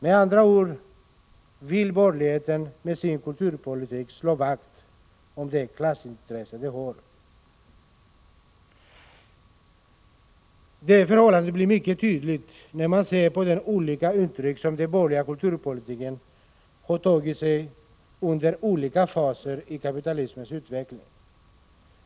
Med andra ord vill borgerligheten med sin kulturpolitik slå vakt om de klassintressen den har. Det förhållandet blir mycket tydligt när man ser på de olika uttryck som den borgerliga kulturpolitiken har tagit sig under olika faser i kapitalismens utveckling.